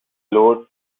load